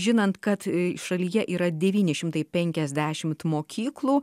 žinant kad šalyje yra devyni šimtai penkiasdešimt mokyklų